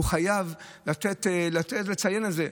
הוא חייב לציין את זה.